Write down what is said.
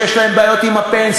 שיש להן בעיות עם הפנסיה,